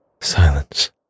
Silence